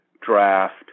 draft